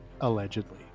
Allegedly